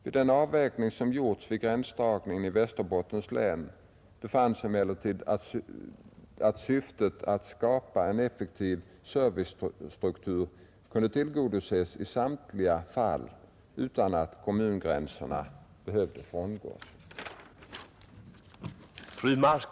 Vid den avvägning som gjordes vid gränsdragningen i Västerbottens län befanns emellertid att syftet att skapa en effektiv servicestruktur kunde tillgodoses i samtliga fall utan att kommunblocksgränserna behövde frångås.